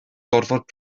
gorfod